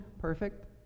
perfect